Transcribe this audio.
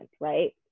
right